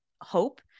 hope